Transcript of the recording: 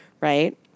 Right